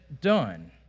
done